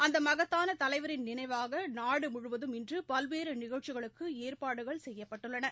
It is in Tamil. அந்த மகத்தான தலைவரின் நினைவாக நாடு முழுவதும் இன்று பல்வேறு நிகழ்ச்சிகளுக்கு ஏற்பாடுகள் செய்யப்பட்டுள்ளன